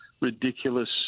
ridiculous